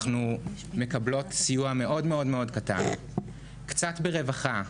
אנחנו מקבלות סיוע מאוד קטן, קצת ברווחה,